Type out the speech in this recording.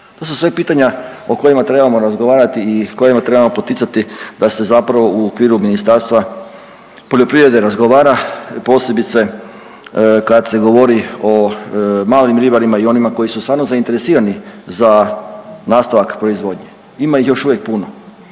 To su sve pitanja o kojima trebamo razgovarati i kojima trebamo poticati da se zapravo u okviru Ministarstva poljoprivrede razgovara posebice kad se govori o malim ribarima i onima koji su stvarno zainteresirani za nastavak proizvodnje. Ima ih još uvijek puno.